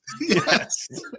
Yes